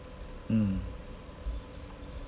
mm